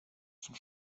zum